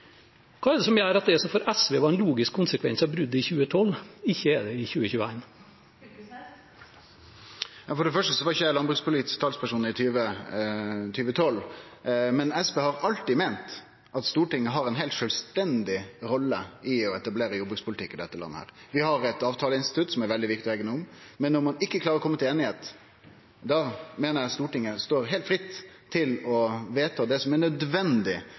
er det som gjør at det som for SV var en logisk konsekvens av bruddet i 2012, ikke er det i 2021? For det første var ikkje eg landbrukspolitisk talsperson i 2012. Men SV har alltid meint at Stortinget har ei heilt sjølvstendig rolle i å etablere jordbrukspolitikk i dette landet. Vi har eit avtaleinstitutt som det er veldig viktig å hegne om, men når ein ikkje klarer å kome til einigheit, meiner eg at Stortinget står heilt fritt til å vedta det som er nødvendig